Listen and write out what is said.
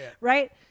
right